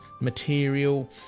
material